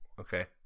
okay